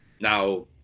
Now